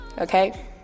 Okay